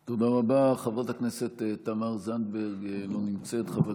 זאת לא בעיה של נשים, זאת בעיה של החברה